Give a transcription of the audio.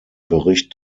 bericht